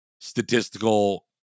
statistical